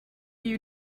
you